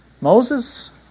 Moses